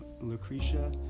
Lucretia